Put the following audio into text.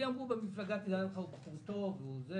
לי אמרו במפלגה: תדע לך, הוא בחור טוב וכולי.